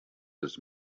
this